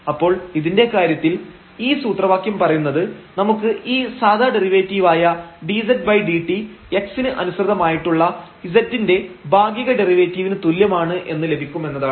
അപ്പോൾ ഇതിന്റെ കാര്യത്തിൽ ഈ സൂത്രവാക്യം പറയുന്നത് നമുക്ക് ഈ സാധാ ഡെറിവേറ്റീവായ dzdt x ന് അനുസൃതമായിട്ടുള്ള z ൻറെ ഭാഗിക ഡെറിവേറ്റീവിന് തുല്യമാണ് എന്ന് ലഭിക്കുമെന്നതാണ്